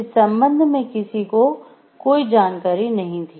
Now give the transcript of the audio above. इस सम्बन्ध में किसी को कई जानकारी नहीं थी